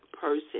person